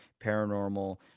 paranormal